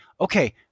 okay